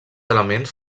elements